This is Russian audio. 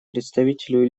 представителю